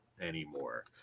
anymore